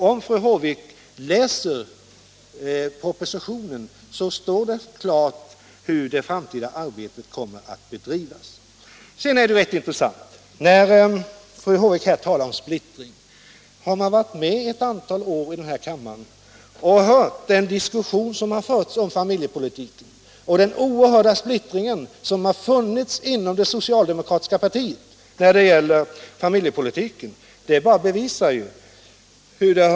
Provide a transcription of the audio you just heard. Om fru Håvik läser propositionen skall hon se att där står klart utsagt hur det framtida arbetet kommer att bedrivas. Slutligen var det ganska intressant att höra fru Håvik tala om splittring. Den som varit med här i riksdagen ett antal år och lyssnat på den debatt som förts om familjepolitiken har ju märkt den oerhörda splittring som har funnits inom det socialdemokratiska partiet just när det har gällt familjepolitiken. Det säger ju allt.